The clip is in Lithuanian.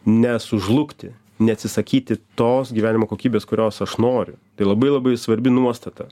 nesužlugti neatsisakyti tos gyvenimo kokybės kurios aš noriu tai labai labai svarbi nuostata